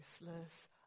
useless